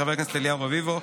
של חבר הכנסת אליהו רביבו.